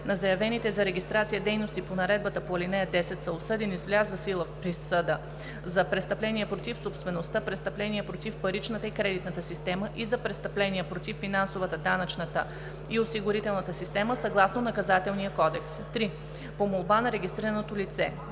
на заявените за регистрация дейности по наредбата по ал. 10, са осъдени с влязла в сила присъда за престъпления против собствеността, престъпления против паричната и кредитната система и за престъпления против финансовата, данъчната и осигурителната система съгласно Наказателния кодекс; 3. по молба на регистрираното лице;